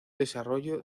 desarrollo